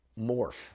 morph